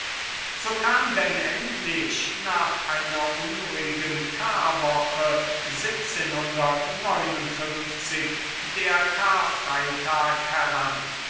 so kam denn endlich nach einer unruhigen karwoche der karfreitag heran